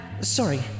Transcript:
Sorry